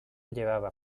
llevaba